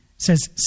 says